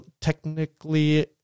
technically